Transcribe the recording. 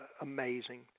amazing